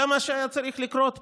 זה מה שהיה צריך לקרות פה.